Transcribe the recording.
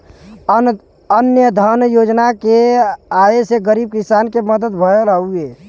अन्न धन योजना के आये से गरीब किसान के मदद भयल हउवे